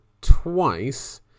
twice